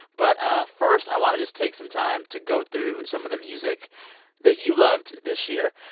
but ah first, i want to just take some time to go through some of the music that you loved this year.